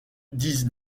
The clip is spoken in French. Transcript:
dix